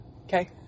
okay